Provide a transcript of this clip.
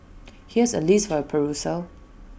here's A list for your perusal